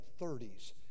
30s